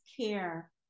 care